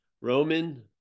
Roman